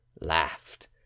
laughed